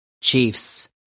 Chiefs